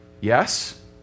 Yes